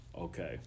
okay